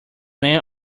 men